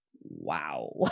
wow